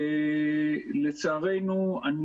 לצערנו,